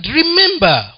remember